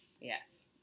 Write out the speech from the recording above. Yes